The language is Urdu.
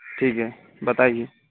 ٹھیک ہے بتائیے